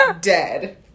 dead